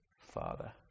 Father